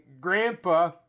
grandpa